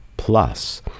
Plus